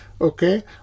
Okay